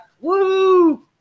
Woo